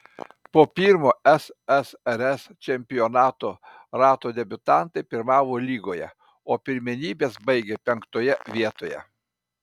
po pirmo ssrs čempionato rato debiutantai pirmavo lygoje o pirmenybes baigė penktoje vietoje